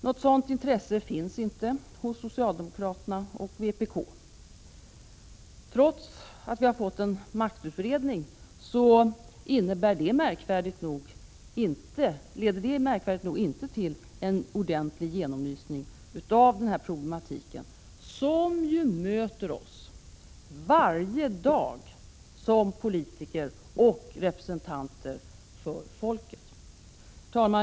Något sådant intresse finns inte hos socialdemokraterna och vpk. Att vi har fått en maktutredning leder märkvärdigt nog inte till en ordentlig genomlysning av den här problematiken, som möter oss varje dag som politiker och representanter för folket. Herr talman!